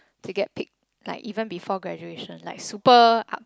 he get picked like even before graduation like super